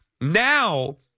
now